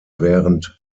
während